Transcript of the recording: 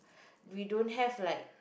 we don't have like